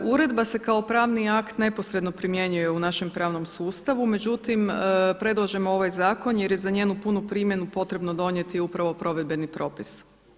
Uredba se kao pravni akt neposredno primjenjuje u našem pravnom sustavu, međutim, predlažemo ovaj zakon jer je za njenu punu primjenu potrebno donijeti upravo provedbeni propis.